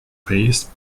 paste